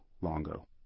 Longo